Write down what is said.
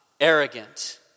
arrogant